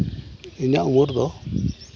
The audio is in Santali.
ᱤᱧᱟᱹᱜ ᱩᱢᱮᱨ ᱫᱚ